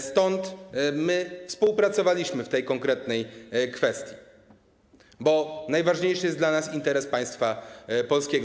Stąd współpracowaliśmy w tej konkretnej kwestii, bo najważniejszy jest dla nas interes państwa polskiego.